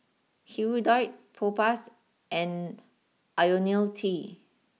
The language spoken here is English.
Hirudoid Propass and Ionil T